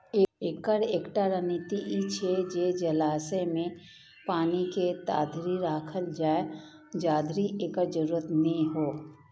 एकर एकटा रणनीति ई छै जे जलाशय मे पानि के ताधरि राखल जाए, जाधरि एकर जरूरत नै हो